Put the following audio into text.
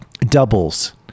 doubles